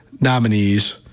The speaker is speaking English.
nominees